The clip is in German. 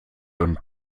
und